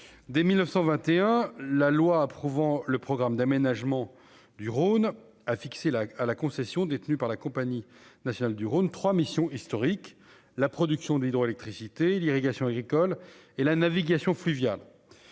dès 1921 la loi approuvant le programme d'aménagement du Rhône a fixé la à la concession, détenue par la Compagnie nationale du Rhône 3 missions historiques, la production d'hydroélectricité et l'irrigation agricole et la navigation fluviale,